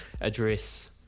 address